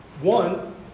One